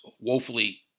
woefully